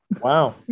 Wow